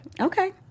Okay